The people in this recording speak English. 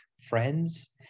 friends